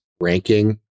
ranking